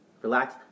relax